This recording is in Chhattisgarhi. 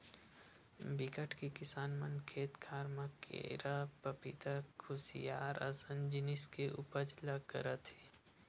बिकट के किसान मन खेत खार म केरा, पपिता, खुसियार असन जिनिस के उपज ल करत हे